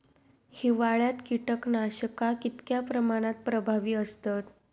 हिवाळ्यात कीटकनाशका कीतक्या प्रमाणात प्रभावी असतत?